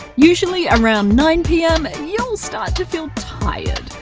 usually around nine pm, and you'll start to feel tired.